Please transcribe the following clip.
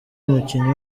umukinnyi